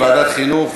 לוועדת החינוך,